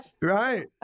Right